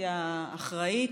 אופוזיציה אחראית,